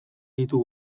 ditu